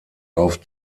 auf